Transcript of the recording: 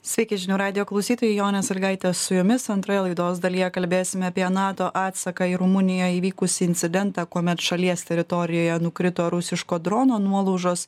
sveiki žinių radijo klausytojai jonė salygaitė su jumis antroje laidos dalyje kalbėsime apie nato atsaką į rumunijoj įvykusį incidentą kuomet šalies teritorijoje nukrito rusiško drono nuolaužos